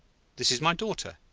this is my daughter.